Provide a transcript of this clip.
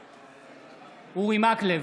בעד אורי מקלב,